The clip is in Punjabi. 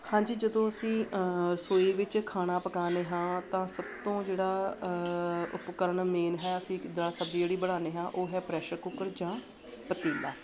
ਹਾਂਜੀ ਜਦੋਂ ਅਸੀਂ ਰਸੋਈ ਵਿੱਚ ਖਾਣਾ ਪਕਾਉਂਦੇ ਹਾਂ ਤਾਂ ਸਭ ਤੋਂ ਜਿਹੜਾ ਉਪਕਰਨ ਮੇਨ ਹੈ ਅਸੀਂ ਦਾਲ ਸਬਜ਼ੀ ਜਿਹੜੀ ਬਣਾਉਂਦੇ ਹਾਂ ਉਹ ਹੈ ਪ੍ਰੈਸ਼ਰ ਕੁੱਕਰ ਜਾਂ ਪਤੀਲਾ